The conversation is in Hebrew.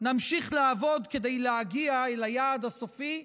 נמשיך לעבוד כדי להגיע אל היעד הסופי,